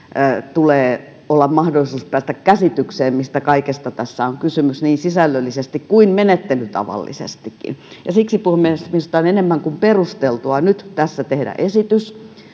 tulee olla mahdollisuus päästä käsitykseen mistä kaikesta tässä on kysymys niin sisällöllisesti kuin menettelytavallisestikin ja siksi puhemies minusta on enemmän kuin perusteltua nyt tässä tehdä esitys